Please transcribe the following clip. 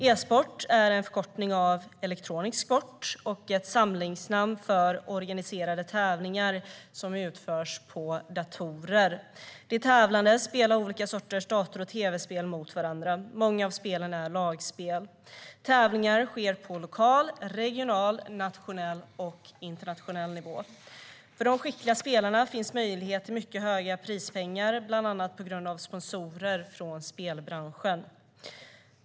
E-sport är en förkortning av elektronisk sport och ett samlingsnamn för organiserade tävlingar som utförs på datorer. De tävlande spelar olika sorters dator och tv-spel mot varandra. Många av spelen är lagspel. Tävlingar sker på lokal, regional, nationell och internationell nivå. För de skickliga spelarna finns möjlighet till mycket höga prispengar, bland annat på grund av sponsorer från spelbranschen.